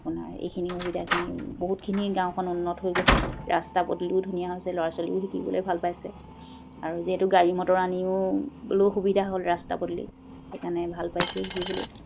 আপোনাৰ এইখিনি সুবিধাখিনি বহুতখিনি গাঁওখন উন্নত হৈ গৈছে ৰাস্তা পদূলিও ধুনীয়া হৈছে ল'ৰা ছোৱালীও শিকিবলৈ ভাল পাইছে আৰু যিহেতু গাড়ী মটৰ আনিও সুবিধা হ'ল ৰাস্তা পদূলি সেইকাৰণে ভাল পাইছে শিকিবলৈ